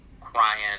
crying